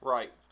Right